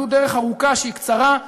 זאת דרך ארוכה שהיא קצרה,